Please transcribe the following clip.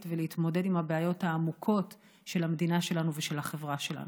ולהתמודד עם הבעיות העמוקות של המדינה שלנו ושל החברה שלנו.